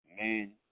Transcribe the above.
men